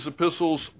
epistles